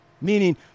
Meaning